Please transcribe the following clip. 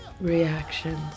reactions